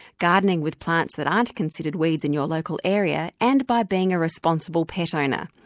gardening with plants that aren't considered weeds in your local area and by being a responsible pet owner.